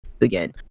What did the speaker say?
again